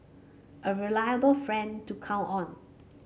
a reliable friend to count on